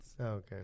Okay